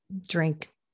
drink